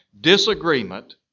disagreement